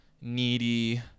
needy